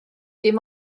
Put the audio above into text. dim